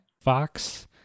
Fox